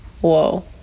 whoa